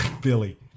Billy